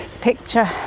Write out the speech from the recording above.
picture